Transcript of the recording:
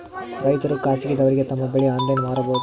ರೈತರು ಖಾಸಗಿದವರಗೆ ತಮ್ಮ ಬೆಳಿ ಆನ್ಲೈನ್ ಮಾರಬಹುದು?